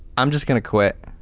i'm just going to quit.